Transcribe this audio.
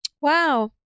Wow